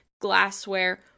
glassware